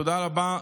תודה רבה.